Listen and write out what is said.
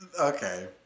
Okay